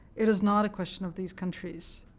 it is not a question of these countries